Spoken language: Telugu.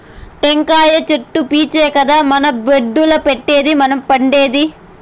టెంకాయ చెట్లు పీచే కదా మన బెడ్డుల్ల పెట్టేది మనం పండేది